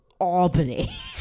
Albany